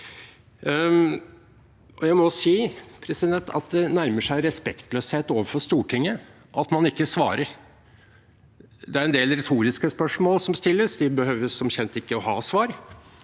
Jeg må si det nærmer seg respektløshet overfor Stortinget at man ikke svarer. Det er en del retoriske spørsmål som stilles. De behøver som kjent ikke å ha svar,